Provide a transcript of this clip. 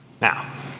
Now